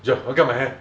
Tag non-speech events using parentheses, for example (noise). (noise) I want to cut my hair